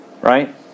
Right